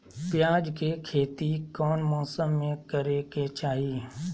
प्याज के खेती कौन मौसम में करे के चाही?